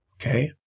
okay